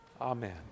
Amen